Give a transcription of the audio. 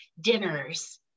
dinners